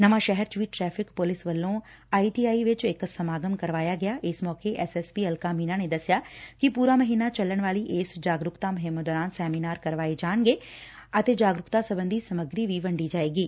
ਨਵਾਂ ਸ਼ਹਿਰ ਚ ਵੀ ਟ੍ਰੈਫਿਕ ਪੁਲਿਸ ਵੱਲੋ ਆਈ ਟੀ ਆਈ ਵਿਚ ਇਕ ਸਮਾਗਮ ਕਰਾਇਆ ਗਿਆ ਇਸ ਮੌਕੇ S S P Alka Meena ਨੇ ਦਸਿਆ ਕਿ ਪੁਰਾ ਮਹੀਨਾ ਚੱਲਣ ਵਾਲੀ ਇਸ ਜਾਗਰੁਕਤਾ ਮੁਹਿਮ ਦੌਰਾਨ ਸੈਮੀਨਾਰ ਕਰਵਾਏ ਜਾਣਗੇ ਅਤੇ ਜਾਗਰੁਕਤਾ ਸਬੰਧੀ ਸਮੱਗਰੀ ਵੀ ਵੰਡੀ ਜਾਵੇਗੀ